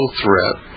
threat